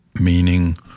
meaning